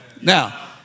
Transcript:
Now